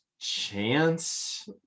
chance